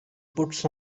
puts